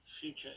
future